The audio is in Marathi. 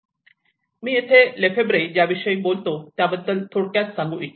मी येथे लेफेब्रे ज्याविषयी बोलतो त्याबद्दल थोडक्यात बोलू शकतो